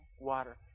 water